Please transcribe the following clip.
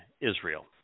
Israel